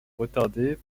retardée